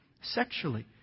sexually